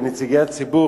ונציגי הציבור,